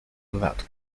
without